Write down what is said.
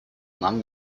нам